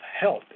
Health